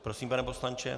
Prosím, pane poslanče.